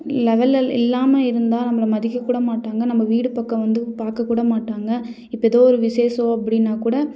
லெவல்ல இல் இல்லாமல் இருந்தால் நம்மள மதிக்கக்கூட மாட்டாங்கள் நம்ம வீடு பக்கம் வந்து பார்க்கக்கூட மாட்டாங்கள் இப்போ ஏதோ ஒரு விசேஷம் அப்படினாக் கூட